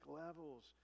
levels